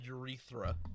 urethra